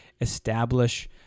establish